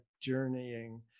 journeying